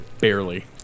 barely